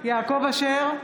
יעקב אשר,